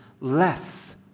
less